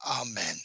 Amen